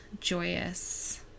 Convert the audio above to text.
joyous